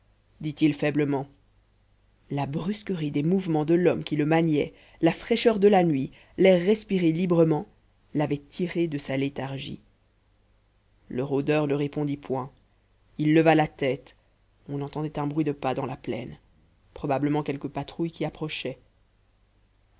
dit-il faiblement la brusquerie des mouvements de l'homme qui le maniait la fraîcheur de la nuit l'air respiré librement l'avaient tiré de sa léthargie le rôdeur ne répondit point il leva la tête on entendait un bruit de pas dans la plaine probablement quelque patrouille qui approchait